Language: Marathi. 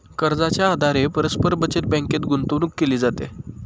कर्जाच्या आधारे परस्पर बचत बँकेत गुंतवणूक केली जाते